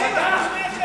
גפני,